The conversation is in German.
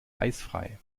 eisfrei